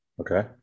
Okay